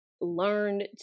learned